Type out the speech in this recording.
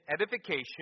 edification